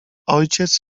ojciec